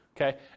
okay